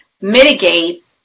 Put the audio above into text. mitigate